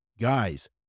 guys